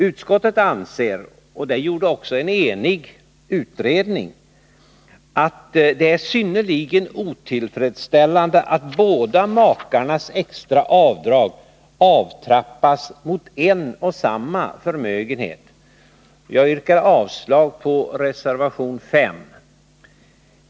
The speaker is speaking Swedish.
Utskottet anser — och det gjorde också en enig utredning — att det är synnerligen otillfredsställande att båda makarnas extra avdrag avtrappas mot en och samma förmögenhet. Jag yrkar avslag på reservation 5.